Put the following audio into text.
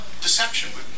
deception